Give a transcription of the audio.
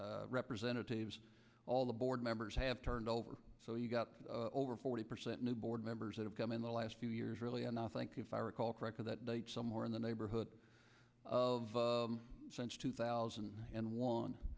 representatives all the board members have turned over so you've got over forty percent new board members that have come in the last few years really and i think if i recall correctly that somewhere in the neighborhood of two thousand and one